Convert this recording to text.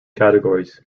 categories